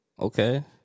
Okay